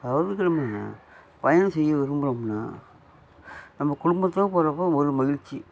அதாவது நம்ம பயணம் செய்ய விரும்புகிறோம்னா நம்ம குடும்பத்தோடய போகிறப்போ ஒரு மகிழ்ச்சி